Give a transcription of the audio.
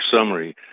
summary